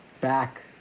back